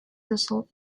result